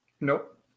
nope